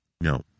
No